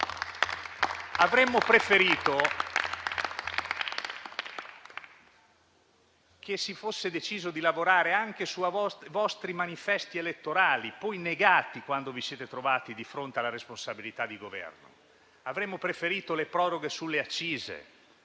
Avremmo preferito che si fosse deciso di lavorare anche sui vostri manifesti elettorali, poi negati quando vi siete trovati di fronte alla responsabilità di Governo. Avremmo preferito le proroghe sulle accise,